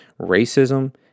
racism